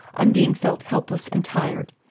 undine felt helpless and tired.